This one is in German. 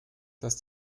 dass